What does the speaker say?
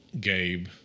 Gabe